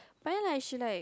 but then like she like